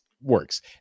Works